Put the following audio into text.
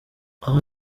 aha